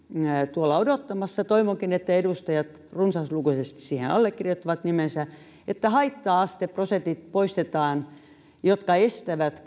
tuolla odottamassa toivonkin että edustajat runsaslukuisesti siihen allekirjoittavat nimensä jotta poistetaan haitta asteprosentit jotka estävät